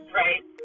right